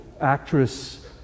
actress